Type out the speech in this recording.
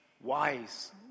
wise